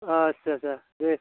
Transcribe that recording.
आथसा आथसा दे